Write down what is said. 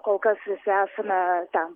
kol kas visi esame ten